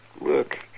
Look